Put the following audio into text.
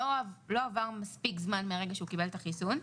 לא עבר מספיק זמן מהרגע שהוא קיבל את החיסון.